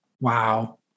wow